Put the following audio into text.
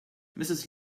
mrs